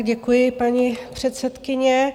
Děkuji, paní předsedkyně.